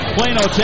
Plano